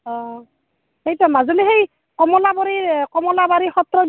অঁ সেইটো মাজুলীৰ সেই কমলাবাৰীৰ কমলাবাৰী সত্ৰ